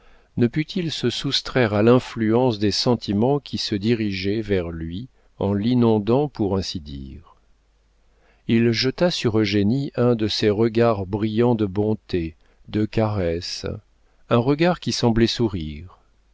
ne put-il se soustraire à l'influence des sentiments qui se dirigeaient vers lui en l'inondant pour ainsi dire il jeta sur eugénie un de ces regards brillants de bonté de caresses un regard qui semblait sourire